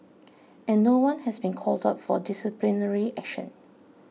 and no one has been called up for disciplinary action